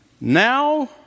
Now